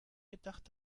gedacht